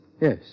Yes